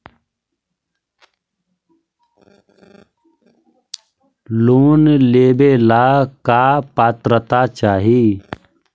Loan लेवेला का पात्रता चाही?